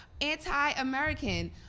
anti-American